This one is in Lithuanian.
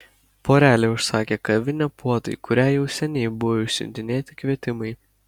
porelė užsakė kavinę puotai kuriai jau seniai buvo išsiuntinėti kvietimai